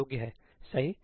करने योग्य है सही